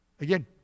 Again